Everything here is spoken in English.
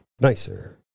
nicer